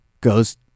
goes